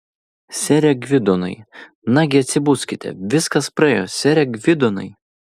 sere gvidonai nagi atsibuskite viskas praėjo sere gvidonai